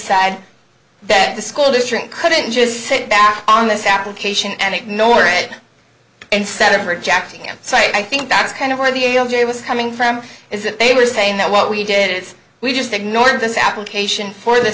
sad that the school district couldn't just sit back on this application and ignore it instead of rejecting him so i think that's kind of where the l j was coming from is that they were saying that what we did is we just ignored this application for the